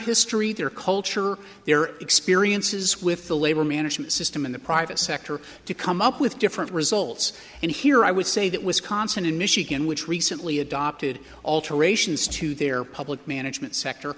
history their culture their experiences with the labor management system in the private sector to come up with different results and here i would say that wisconsin and michigan which recently adopted alterations to their public management sector